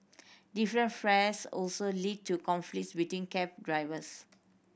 different fares also lead to conflict between cab drivers